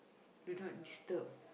do not disturb